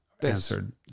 answered